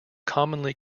commonly